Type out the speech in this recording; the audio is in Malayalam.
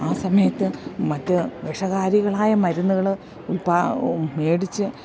ആ സമയത്ത് മറ്റ് വിഷകാരികളായ മരുന്നുകള് ഉൽപാ മേടിച്ച്